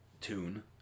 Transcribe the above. tune